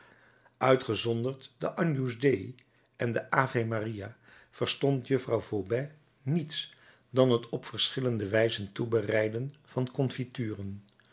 uitgezonderd de agnus dei en de ave maria verstond juffrouw vaubois niets dan het op verschillende wijzen toebereiden van confituren